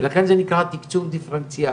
ולכן זה נקרא תקצוב דיפרנציאלי,